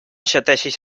xategis